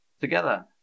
together